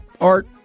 art